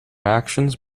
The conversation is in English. actions